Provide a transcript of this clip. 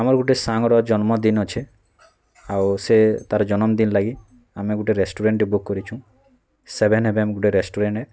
ଆମର୍ ଗୁଟେ ସାଙ୍ଗର ଜନ୍ମଦିନ୍ ଅଛେ ଆଉ ସେ ତା'ର୍ ଜନମ୍ ଦିନ୍ ଲାଗି ଆମେ ଗୁଟେ ରେଷ୍ଟୁରାଣ୍ଟ୍ଟେ ବୁକ୍ କରିଛୁଁ ସେଭେନ୍ ଏଭଏମ୍ ଗୁଟେ ରେଷ୍ଟୁରାଣ୍ଟ୍ ଏ